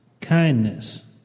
kindness